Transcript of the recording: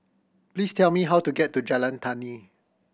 please tell me how to get to Jalan Tani